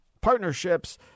partnerships